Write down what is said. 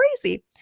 crazy